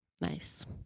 nice